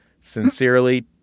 Sincerely